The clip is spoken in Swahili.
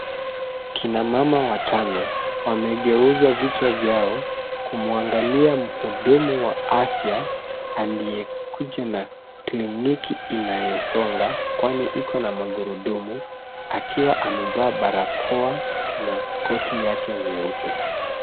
Kina mama watano wamegeuzwa vichwa vyao kumwangalia mhudumu wa afya aliyekuja na kliniki inayosonga, kwani iko na magurudumu akiwa amevaa barakoa na koti yake nyeupe.